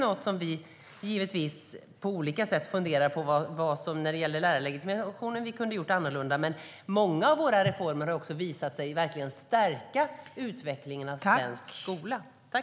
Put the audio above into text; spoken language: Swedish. Givetvis funderar vi på vad vi kunde ha gjort annorlunda när det gäller lärarlegitimationen, men många av våra reformer har också visat sig verkligen stärka utvecklingen av svensk skola.